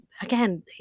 again